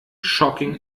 shocking